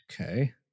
Okay